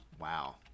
Wow